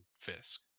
fisk